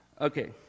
Okay